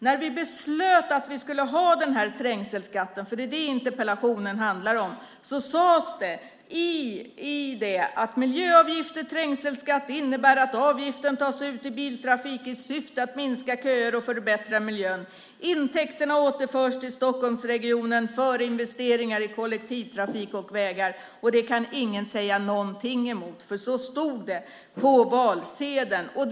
När vi beslutade att vi skulle ha trängselskatten - för det är det interpellationen handlar om - sades det att miljöavgifter, trängselskatt, innebär att avgiften tas ut i biltrafik i syfte att minska köer och förbättra miljön. Intäkter återförs till Stockholmsregionen för investeringar i kollektivtrafik och vägar. Det kan ingen säga något emot, för så stod det på valsedeln.